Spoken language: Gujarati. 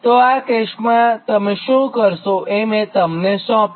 તો આ કેસમાં તમે શું કરશોઆ મેં તમને સોંપ્યું